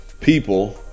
People